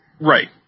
Right